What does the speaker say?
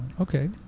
Okay